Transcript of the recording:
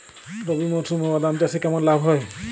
রবি মরশুমে বাদাম চাষে কেমন লাভ হয়?